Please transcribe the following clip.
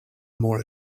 more